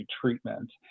treatment